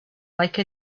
like